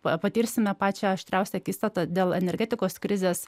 patirsime pačią aštriausią akistatą dėl energetikos krizės